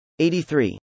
83